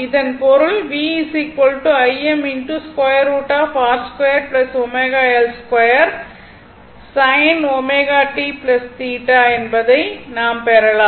இதன் பொருள் என்பதை நாம் பெறலாம்